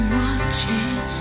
watching